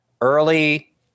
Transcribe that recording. early